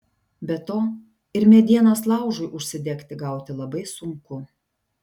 be to ir medienos laužui užsidegti gauti labai sunku